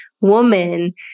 woman